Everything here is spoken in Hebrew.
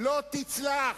לא תצלח,